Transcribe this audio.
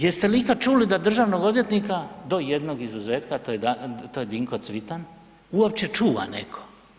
Jeste li ikad čuli da državnog odvjetnika, do jednog izuzetka, to je Dinko Cvitan, uopće čuva netko?